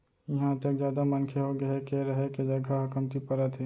इहां अतेक जादा मनखे होगे हे के रहें के जघा ह कमती परत हे